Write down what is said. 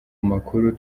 amakuru